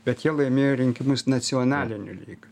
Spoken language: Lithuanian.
bet jie laimėjo rinkimus nacionaliniu lygiu